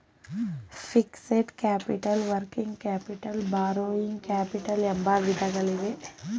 fixed capital working capital borrowing capital ಎಂಬ ವಿಧಗಳಿವೆ